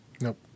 Nope